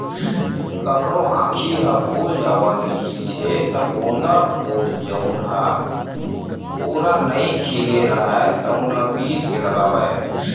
कखरो आँखी ह फूल जावत रिहिस हे त गोंदा फूल जउन ह पूरा नइ खिले राहय तउन ल पीस के लगावय